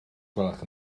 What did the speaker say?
gwelwch